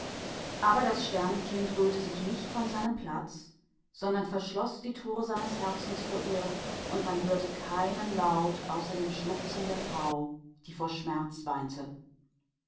aber das sternenkind rührte sich nicht von der stelle sondern verschloß die tür seines herzens gegen sie und man vernahm keinen laut als den laut des weibes das aus schmerz weinte